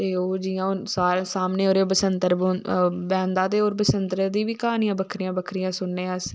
तो ओ जियां हुन सामने ओह्दे बसंतर बैह्ंदा ते और बसैंतरे दी बी कहानियां बक्खरियां बक्खरियां सुनने अस